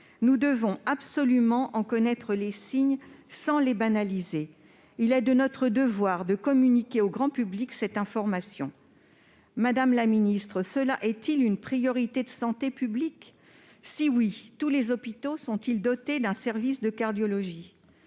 Nous devons absolument en connaître les signes sans les banaliser. Il est de notre devoir de communiquer au grand public cette information. Madame la ministre, cela est-il une priorité de santé publique ? Si oui, tous les hôpitaux sont-ils dotés d'un service de cardiologie ?